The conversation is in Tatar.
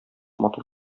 матур